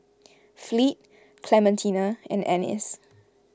Fleet Clementina and Anice